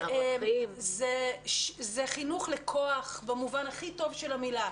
זה חינוך לכוח במובן הכי טוב של המילה.